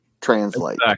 translate